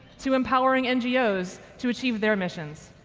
to empowering ngos to achieve their missions,